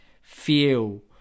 feel